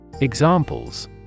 Examples